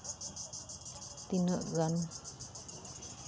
ᱛᱤᱱᱟᱹᱜ ᱜᱟᱱ